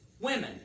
women